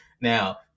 Now